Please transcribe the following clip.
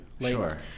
Sure